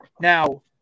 Now